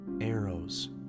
arrows